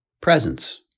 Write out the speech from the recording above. Presence